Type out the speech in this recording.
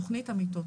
תוכנית המיטות,